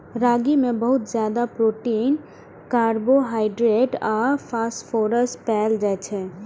रागी मे बहुत ज्यादा प्रोटीन, कार्बोहाइड्रेट आ फास्फोरस पाएल जाइ छै